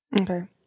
Okay